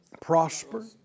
Prosper